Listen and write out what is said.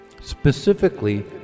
Specifically